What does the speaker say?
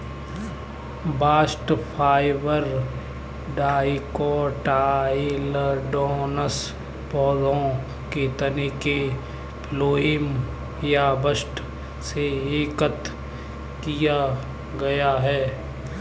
bast fibre dicotyledonous पौधों के तने के फ्लोएम या बस्ट से एकत्र किया गया है